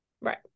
Right